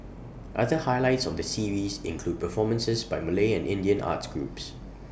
other highlights of the series include performances by Malay and Indian arts groups